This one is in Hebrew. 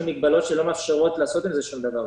מגבלות שלא מאפשרות לעשות עם זה שום דבר.